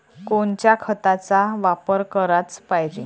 कोनच्या खताचा वापर कराच पायजे?